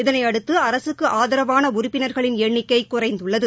இதனையடுத்து அரசுக்கு ஆதரவான உறுப்பினர்களின் எண்ணிக்கை குறைந்துள்ளது